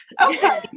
Okay